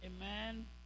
Amen